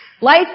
Life